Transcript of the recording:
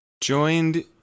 Joined